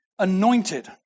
anointed